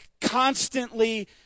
constantly